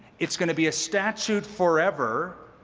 it's going to be a statute forever,